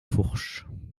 fourche